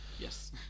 Yes